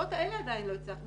המשרות הללו עדיין לא איישתם.